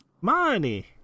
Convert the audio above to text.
Money